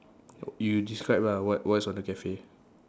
you describe lah what what's on the cafe